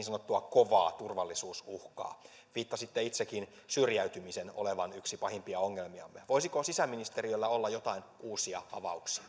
sanottua kovaa turvallisuusuhkaa viittasitte itsekin syrjäytymisen olevan yksi pahimpia ongelmiamme voisiko sisäministeriöllä olla joitain uusia avauksia